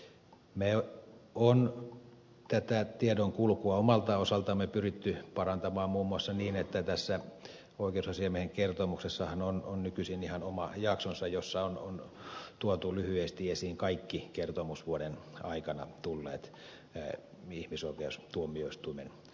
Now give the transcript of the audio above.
me olemme tätä tiedonkulkua omalta osaltamme pyrkineet parantamaan muun muassa niin että tässä oikeusasiamiehen kertomuksessahan on nykyisin ihan oma jaksonsa jossa on tuotu lyhyesti esiin kaikki kertomusvuoden aikana tulleet ihmisoikeustuomioistuimen ratkaisut